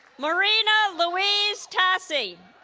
marina louise tassi